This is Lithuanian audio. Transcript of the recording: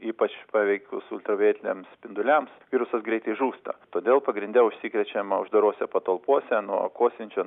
ypač paveikus ultravioletiniams spinduliams virusas greitai žūsta todėl pagrinde užsikrečiama uždarose patalpose nuo kosinčio